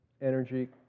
energy